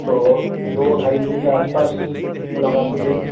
تو دو ڈھائی بجے کے آس پاس ملاقات ہو جائے گی